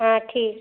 हाँ ठीक